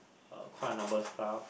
uh quite a number stuff